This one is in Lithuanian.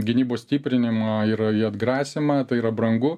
gynybos stiprinimą ir į atgrasymą tai yra brangu